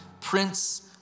Prince